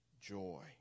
joy